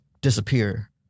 disappear